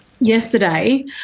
yesterday